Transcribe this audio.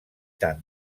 tan